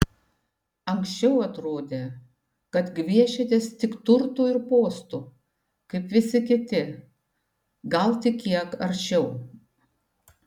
anksčiau atrodė kad gviešiatės tik turtų ir postų kaip visi kiti gal tik kiek aršiau